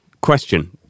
question